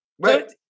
Right